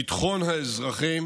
ביטחון האזרחים